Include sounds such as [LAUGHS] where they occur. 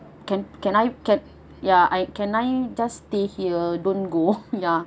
can can I can ya can I just stay here don't go [LAUGHS] ya